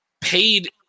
paid